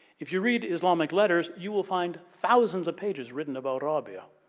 if you read islamic letters you will find thousands of pages written about ah-ra-bee-a.